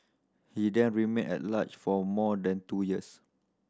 he then remained at large for more than two years